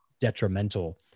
detrimental